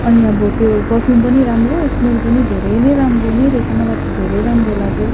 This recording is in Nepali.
अनि अब त्यो परफ्युम पनि राम्रो स्मेल पनि धेरै नै राम्रो नै रहेछ मलाई त धेरै राम्रो लाग्यो